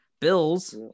bills